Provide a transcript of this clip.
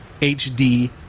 HD